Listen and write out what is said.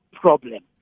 problem